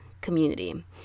Community